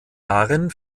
darin